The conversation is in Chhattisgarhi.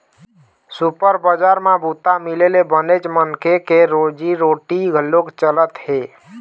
सुपर बजार म बूता मिले ले बनेच मनखे के रोजी रोटी घलोक चलत हे